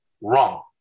wrong